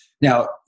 Now